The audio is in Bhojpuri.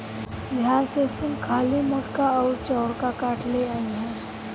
ध्यान से सुन खाली मोटका अउर चौड़का काठ ले अइहे